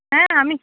হ্যাঁ আমি